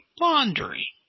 laundry